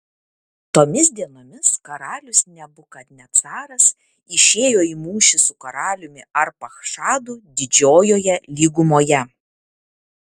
tomis dienomis karalius nebukadnecaras išėjo į mūšį su karaliumi arpachšadu didžiojoje lygumoje